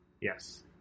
Yes